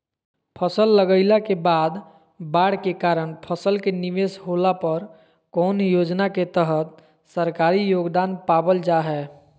फसल लगाईला के बाद बाढ़ के कारण फसल के निवेस होला पर कौन योजना के तहत सरकारी योगदान पाबल जा हय?